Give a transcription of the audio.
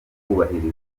kubahirizwa